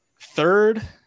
third